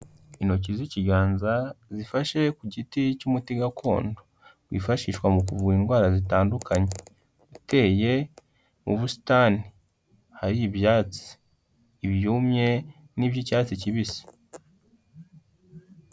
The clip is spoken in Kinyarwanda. Intoki z'ikiganza zifashe ku giti cy'umuti gakondo, wifashishwa mu kuvura indwara zitandukanye, uteye mu busitani, hari ibyatsi, ibyumye n'iby'icyatsi kibisi.